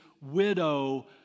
widow